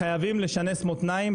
חייבים לשנס מותניים,